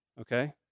Okay